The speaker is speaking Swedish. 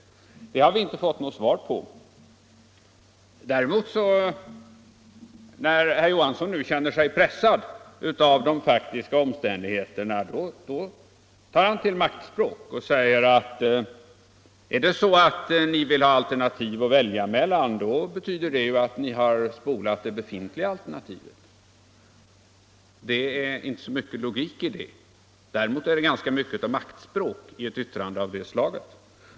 Det har vi inte fått något svar på. När emellertid nu herr Johansson känner sig pressad av de faktiska omständigheterna, då tar han till maktspråk och säger, att om ni vill ha alternativ att välja mellan betyder det att ni har spolat det befintliga alternativet. Det är inte så mycket logik i detta, däremot ganska mycket av maktspråk.